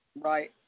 right